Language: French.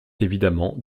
évidemment